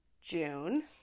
June